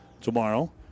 tomorrow